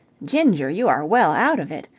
ginger, you are well out of it!